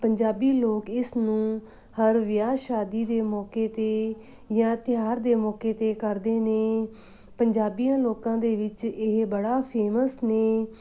ਪੰਜਾਬੀ ਲੋਕ ਇਸ ਨੂੰ ਹਰ ਵਿਆਹ ਸ਼ਾਦੀ ਦੇ ਮੌਕੇ 'ਤੇ ਜਾਂ ਤਿਉਹਾਰ ਦੇ ਮੌਕੇ 'ਤੇ ਕਰਦੇ ਨੇ ਪੰਜਾਬੀਆਂ ਲੋਕਾਂ ਦੇ ਵਿੱਚ ਇਹ ਬੜਾ ਫੇਮਸ ਨੇ